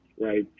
right